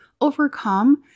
overcome